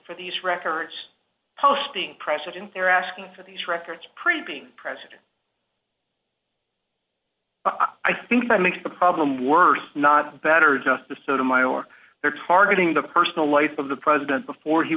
for these records posting precedent they're asking for these records pretty being president i think that makes the problem worse not better just the sort of my or their targeting the personal life of the president before he